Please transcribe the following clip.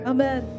Amen